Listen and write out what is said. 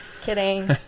Kidding